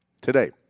Today